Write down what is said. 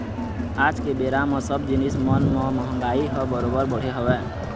आज के बेरा म सब जिनिस मन म महगाई ह बरोबर बढ़े हवय